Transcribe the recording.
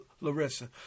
Larissa